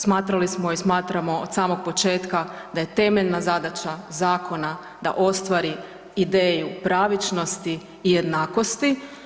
Smatrali smo i smatramo od samog početka da je temeljna zadaća zakona da ostvari ideju pravičnosti i jednakosti.